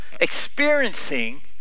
experiencing